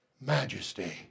Majesty